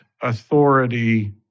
authority